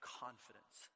confidence